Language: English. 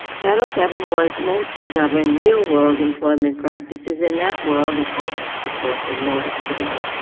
title seven was meant to govern real world employment practices and that world is what the court ignores today.